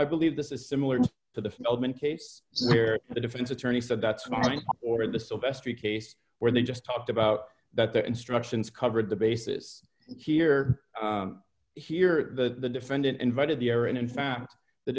i believe this is similar to the feldman case here the defense attorney said that's me or d the sylvester case where they just talked about that the instructions covered the basis here here the defendant invited the error and in fact the